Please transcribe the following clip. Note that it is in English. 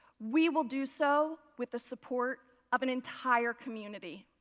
we will do so with the support of an entire community.